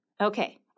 Okay